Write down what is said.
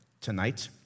tonight